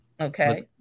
Okay